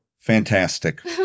Fantastic